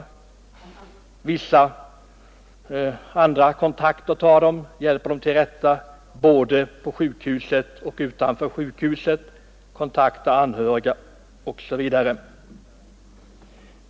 De har vissa andra kontakter och hjälper patienterna till rätta både på sjukhuset och utanför sjukhuset, tar kontakt med anhöriga osv.